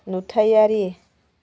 नुथायारि